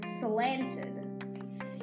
slanted